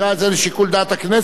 הממשלה בעד.